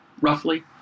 roughly